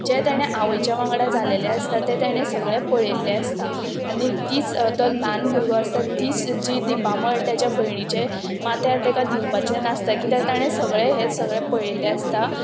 जे तेणे आवयच्या वांगडा जालेले आसता ते तेणे सगळे पळयल्ले आसता आनी तीच तो ल्हान भुरगो आसता तीच जी दिपामठ ताच्या भयणीचे माथ्यार ताका दिवपाचें नासता कित्याक ताणें सगळें हें सगळें पळयल्लें आसता